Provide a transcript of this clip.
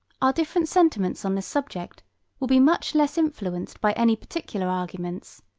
our different sentiments on this subject will be much less influenced by any particular arguments,